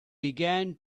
began